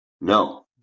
No